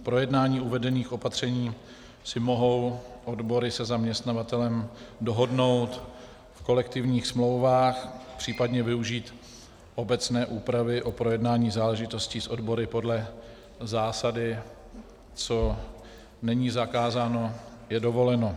Projednání uvedených opatření si mohou odbory se zaměstnavatelem dohodnout v kolektivních smlouvách, případně využít obecné úpravy o projednání záležitostí s odbory podle zásady co není zakázáno, je dovoleno.